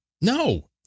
No